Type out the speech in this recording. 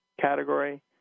category